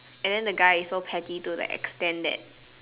and then the guy is so petty to the extent that